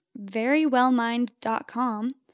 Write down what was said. verywellmind.com